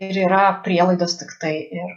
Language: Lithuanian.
ir yra prielaidos tiktai ir